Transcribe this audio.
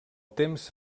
temps